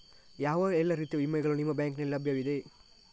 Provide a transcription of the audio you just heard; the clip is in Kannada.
ಯಾವ ಎಲ್ಲ ರೀತಿಯ ವಿಮೆಗಳು ನಿಮ್ಮ ಬ್ಯಾಂಕಿನಲ್ಲಿ ಲಭ್ಯವಿದೆ?